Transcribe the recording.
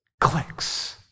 clicks